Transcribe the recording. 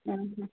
ଉଁ ହୁଁ